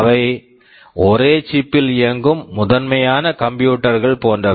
அவை ஒரே chip chip பில் இயங்கும் முழுமையான கம்ப்யூட்டர் computer கள் போன்றவை